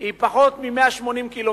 היא פחות מ-180 קילומטר.